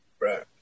Right